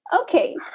Okay